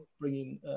bringing